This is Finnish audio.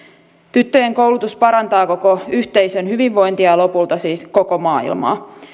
tyttöjen koulutus parantaa koko yhteisön hyvinvointia ja lopulta siis koko maailmaa